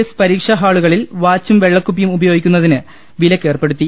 S പരീക്ഷാ ഹാളുകളിൽ വാച്ചും വെള്ളക്കുപ്പിയും ഉപയോഗി ക്കുന്നതിന് വിലക്ക് ഏർപ്പെടുത്തി